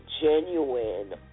genuine